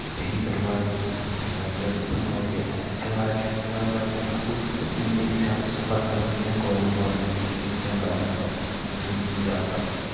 یہِ بیٚنِفِٹ واتہِ تہٕ تِمَن واتہِ علاج علاج واتہِ تِمَن اصل پٲٹھۍ تہٕ تِمَن پیٚیہِ نہٕ زیادٕ سَفَر کَرُن کینٛہہ گورمیٚنٹ اورگَنایزیشنَن مَنٛز یا گَوَمینٹ ہوسپِٹَلَن مَنٛز گَژھَن نہٕ تِم زیاد سَفَر کینٛہہ